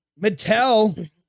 Mattel